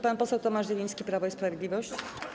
Pan poseł Tomasz Zieliński, Prawo i Sprawiedliwość.